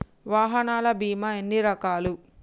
వాహనాల బీమా ఎన్ని రకాలు?